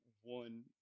one